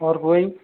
और कोई